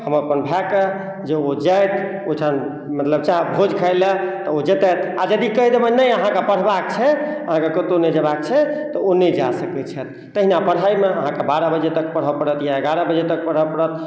हम अपन भायके जे ओ जाथि ओहिठाम मतलब चाहे भोज खाय लए तऽ ओ जेतथि आ यदि कहि देबनि नहि अहाँकेँ पढ़बाक छै अहाँके कतहु नहि जयबाक छै तऽ ओ कतहु नहि जा सकै छथि तहिना पढ़ाइमे अहाँके बारह बजे तक पढ़य पड़त या एगारह बजे तक पढ़य पड़त